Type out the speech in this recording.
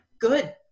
good